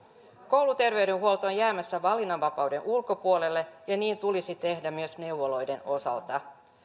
kouluterveydenhuolto on jäämässä valinnanvapauden ulkopuolelle ja niin tulisi tehdä myös neuvoloiden osalta